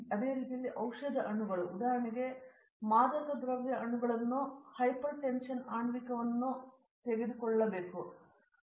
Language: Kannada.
ಅದೇ ರೀತಿಯಲ್ಲಿ ಔಷಧ ಅಣುಗಳು ಉದಾಹರಣೆಗೆ ಈಗ ನೀವು ಮಾದಕ ದ್ರವ್ಯ ಅಣುಗಳನ್ನು ಹೈಪರ್ಟೆನ್ಶನ್ ಆಣ್ವಿಕವನ್ನು ತೆಗೆದುಕೊಂಡಿದ್ದೀರಿ